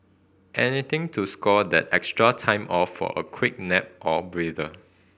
anything to score that extra time off for a quick nap or breather